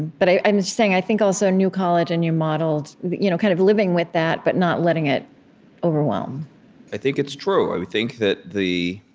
but i'm just saying, i think, also, new college and you modeled you know kind of living with that but not letting it overwhelm i think it's true. i think that the